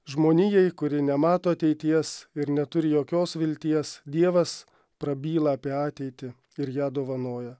žmonijai kuri nemato ateities ir neturi jokios vilties dievas prabyla apie ateitį ir ją dovanoja